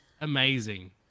Amazing